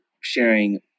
sharing